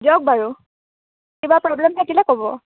দিয়ক বাৰু কিবা প্ৰব্লেম থাকিলে ক'ব